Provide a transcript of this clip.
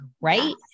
right